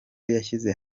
yashyize